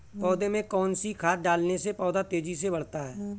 पौधे में कौन सी खाद डालने से पौधा तेजी से बढ़ता है?